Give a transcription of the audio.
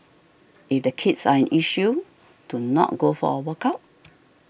if the kids are an issue to not go for a workout